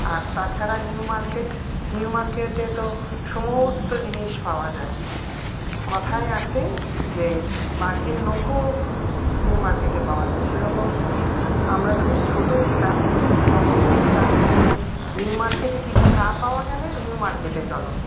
আর তাছাড়া new market new মার্কেটে তো সমস্ত জিনিস পাওয়া যায় কথায় আছে যে বাঘের নখও নিউ মার্কেটে পাওয়া যায় সেরকম আমরা যখন ছোট ছিলাম তখন দেখতাম যে নিউ মার্কেটে কিছু না পাওয়া গেলে নিউ মার্কেটে চলো